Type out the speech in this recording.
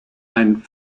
ein